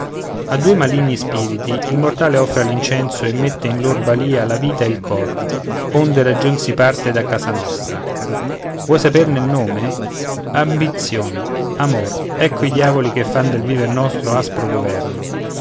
due maligni spiriti il mortale offre l'incenso e mette in lor balìa la vita e il cor onde ragion si parte da casa nostra vuoi saperne il nome ambizïon amor ecco i diavoli che fan del viver nostro aspro governo